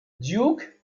duke